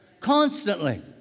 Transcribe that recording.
Constantly